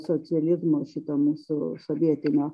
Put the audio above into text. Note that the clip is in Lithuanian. socializmo šito mūsų sovietinio